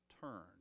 turn